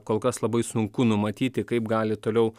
kol kas labai sunku numatyti kaip gali toliau